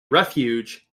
refuge